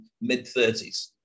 mid-30s